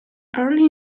early